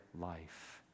life